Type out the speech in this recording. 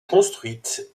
construite